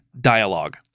dialogue